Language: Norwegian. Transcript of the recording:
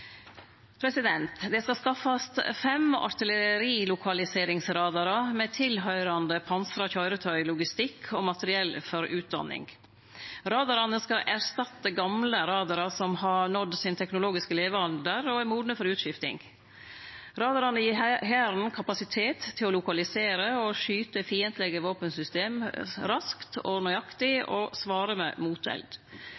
Det skal skaffast fem artillerilokaliseringsradarar med tilhøyrande pansra køyretøy, logistikk og materiell for utdanning. Radarane skal erstatte gamle radarar som har nådd sin teknologiske levealder og er modne for utskifting. Radarane gir Hæren kapasitet til å lokalisere og skyte fiendtlege våpensystem raskt